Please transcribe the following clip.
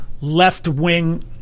left-wing